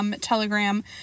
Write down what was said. telegram